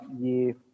year